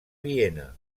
viena